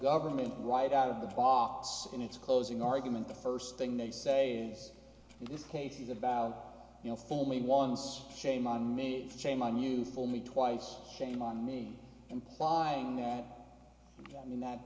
government right out of the box in its closing argument the first thing they say is this case is about you know for me once shame on me shame on you fool me twice shame on me implying that i mean